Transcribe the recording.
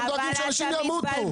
אתם דואגים שאנשים ימותו.